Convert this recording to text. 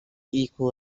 equal